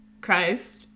Christ